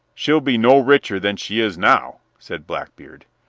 she'll be no richer than she is now, said blackbeard.